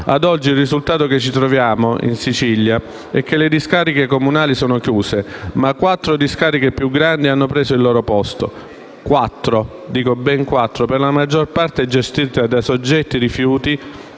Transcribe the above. Ad oggi il risultato che ci troviamo in Sicilia è che le discariche comunali sono chiuse, ma quattro discariche più grandi hanno preso il loro posto - e dico ben quattro - per la maggior parte gestite da soggetti privati